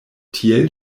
tiel